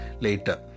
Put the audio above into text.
later